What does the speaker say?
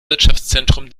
wirtschaftszentrum